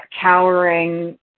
cowering